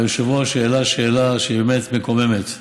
היושב-ראש העלה שאלה שהיא באמת מקוממת: